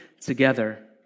together